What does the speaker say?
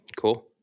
Cool